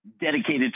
dedicated